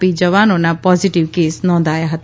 પી જવાનોના positive case નોધાયા હતા